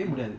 yes